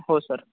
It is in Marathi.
हो सर